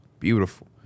Beautiful